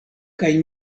kaj